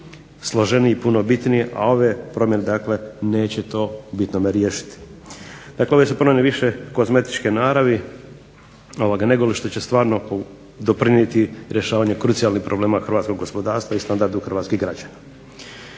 složenije i puno bitnije, a ove promjene dakle neće to u bitnome riješiti. Dakle, ove su promjene više kozmetičke naravi nego li što će stvarno doprinijeti rješavanju krucijalnih problema hrvatskog gospodarstva i standardu hrvatskih građana.